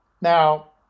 Now